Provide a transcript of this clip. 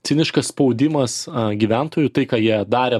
ciniškas spaudimas a gyventojų tai ką jie darė